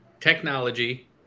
technology